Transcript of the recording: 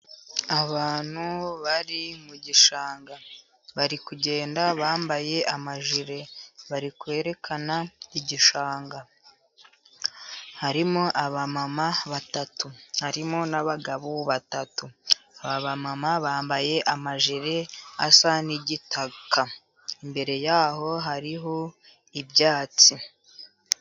Abantu bari mu gishanga, bari kugenda bambaye amajire, bari kwerekana igishanga, harimo abamama batatu, harimo n'abagabo batatu, aba bamama bambaye amajire asa n'igitaka, imbere y'aho hariho ibyatsi.